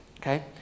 okay